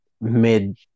mid